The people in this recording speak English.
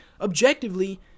objectively –